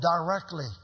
directly